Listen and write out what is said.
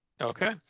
Okay